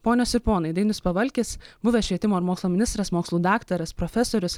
ponios ir ponai dainius pavalkis buvęs švietimo ir mokslo ministras mokslų daktaras profesorius